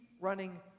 running